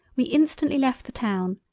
we instantly left the town,